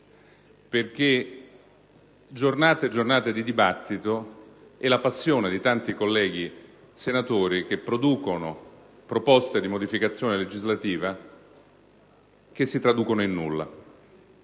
Senato: giornate e giornate di discussione e la passione di tanti colleghi senatori che avanzano proposte di modificazione legislativa che si traducono in nulla,